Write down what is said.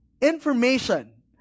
information